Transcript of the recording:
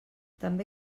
també